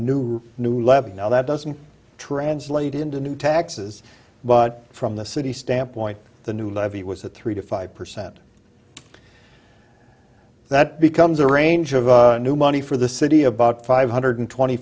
new new levy now that doesn't translate into new taxes but from the city standpoint the new levy was a three to five percent that becomes a range of new money for the city about five hundred twenty